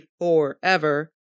forever